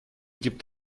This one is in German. gibt